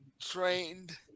trained